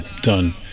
done